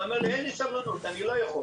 הוא אומר: אין לי סבלנות, אני לא יכול.